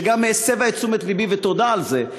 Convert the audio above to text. שגם הסבה את תשומת לבי ותודה על זה.